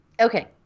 Okay